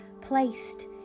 placed